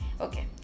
Okay